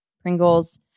Pringles